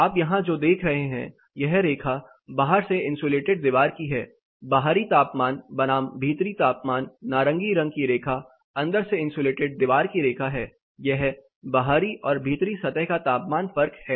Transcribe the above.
आप यहां जो देख रहे हैं यह रेखा बाहर से इंसुलेटेड दीवार की है बाहरी तापमान बनाम भीतरी तापमान नारंगी रंग की रेखा अंदर से इंसुलेटेड दीवार की रेखा है यह बाहरी और भीतरी सतह का तापमान फर्क है